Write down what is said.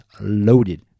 loaded